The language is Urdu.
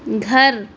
گھر